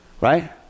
Right